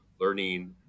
learning